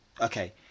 Okay